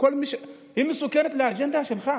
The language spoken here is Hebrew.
היא מסוכנת לאג'נדה שלך.